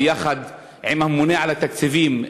ביחד עם הממונה על התקציבים,